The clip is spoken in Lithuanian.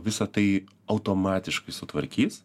visą tai automatiškai sutvarkys